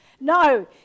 No